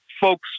folks